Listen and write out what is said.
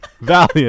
Valiant